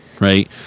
right